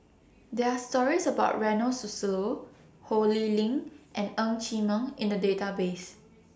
There Are stories about Ronald Susilo Ho Lee Ling and Ng Chee Meng in The Database